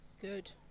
Good